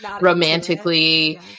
romantically